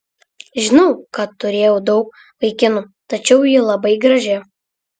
žinau kad turėjo daug vaikinų tačiau ji labai graži